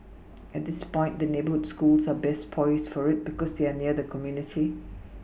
at this point the neighbourhood schools are best poised for it because they are near the community